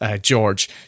George